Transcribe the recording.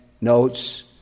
notes